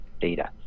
data